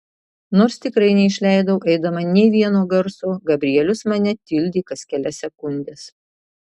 nors tikrai neišleidau eidama nė vieno garso gabrielius mane tildė kas kelias sekundes